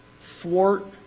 thwart